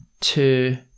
two